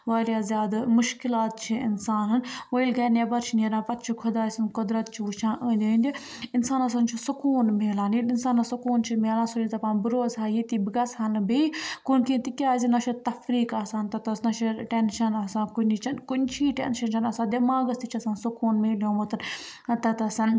واریاہ زیادٕ مُشکِلات چھِ اِنسانَن وۄنۍ ییٚلہِ گَرِ نٮ۪بَر چھِ نیران پَتہٕ چھِ خۄداے سُنٛد قۄدرَت چھِ وٕچھان أنٛدۍ أنٛدِ اِنسانَس چھُ سکوٗن مِلان ییٚلہِ اِنسانَس سکوٗن چھُ مِلان سُہ چھُ دَپان بہٕ روزٕ ہا ییٚتی بہٕ گژھٕ ہا نہٕ بیٚیہِ کُن کِہیٖنۍ تِکیٛازِ نہ چھُ تَفریٖک آسان تَتہِ تھَس نہ چھُ ٹٮ۪نٛشَن آسان کُنِچ کُنچی ٹٮ۪نٛشَن چھَنہٕ آسان دٮ۪ماغَس تہِ چھِ آسان سکوٗن مِلیومُت تَتہِ تھَس